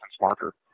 marker